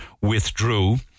withdrew